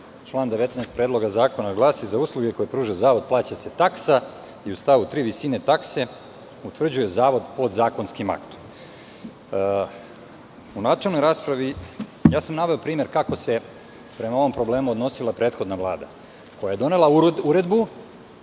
19. Predloga zakona glasi: "Za usluge koje pruža Zavod plaća se taksa" i u stavu 3. "Visine takse utvrđuje Zavod podzakonskim aktom".U načelnoj raspravi sam naveo primer kako se prema ovom problemu odnosila prethodna Vlada, koja je donela uredbu